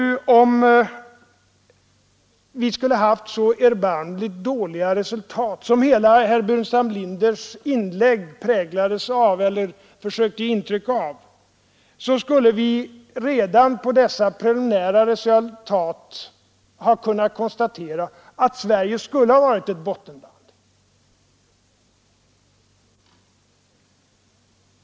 Om vi hade haft så erbarmligt dåliga resultat som herr Burenstam Linder i hela sitt inlägg ville ge intryck av skulle vi redan på basis av dessa preliminära resultat ha kunnat konstatera att Sverige vore ett bottenland.